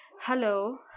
hello